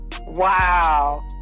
Wow